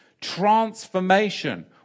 Transformation